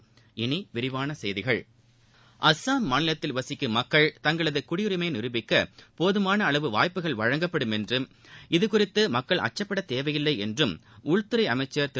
இனி விரிவான செய்திகள் அசாம் மாநிலத்தில் வசிக்கும் மக்கள் தங்களது குடியுரிமையை நிரூபிக்க போதுமான அளவு வாய்ப்புக்கள் வழங்கப்படும் என்றும் இதுகுறித்து மக்கள் அச்சப்படத்தேவையில்லை என்றும் உள்துறை அமைச்சர் திரு